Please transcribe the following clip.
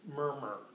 murmur